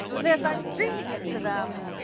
but as i am reading it to them,